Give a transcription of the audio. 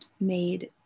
made